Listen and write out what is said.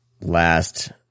last